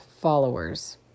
followers